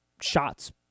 shots